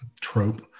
trope